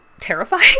terrifying